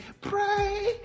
pray